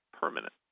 permanent